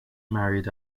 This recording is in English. married